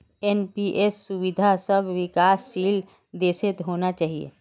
NPS सुविधा सब विकासशील देशत होना चाहिए